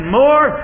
more